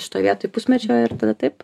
šitoj vietoj pusmečio ir tada taip